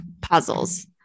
puzzles